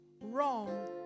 wrong